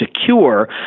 secure